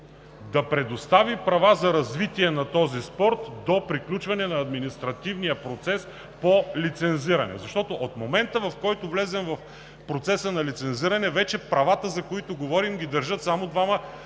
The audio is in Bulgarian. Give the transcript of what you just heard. да предостави права за развитие на този спорт до приключване на административния процес по лицензиране, защото от момента, в който влезем в процеса на лицензиране, вече правата, за които говорим, ги държат само два